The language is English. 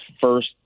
first